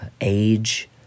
age